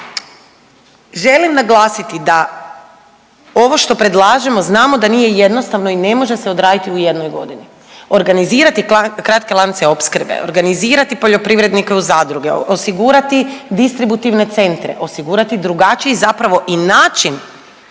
želim naglasiti da ovo što predlažemo znamo da nije jednostavno i ne može se odraditi u jednoj godini. Organizirati kratke lance opskrbe, organizirati poljoprivrednike u zadruge, osigurati distributivne centre, osigurati drugačiji zapravo i način